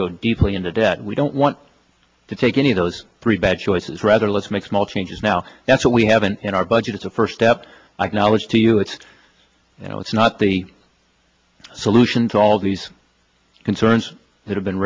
go deeply into debt we don't want to take any of those three bad choices rather let's make small changes now that's what we haven't in our budget it's a first step knowledge to you it's you know it's not the solution to all these concerns that have been